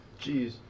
Jeez